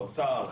אוצר,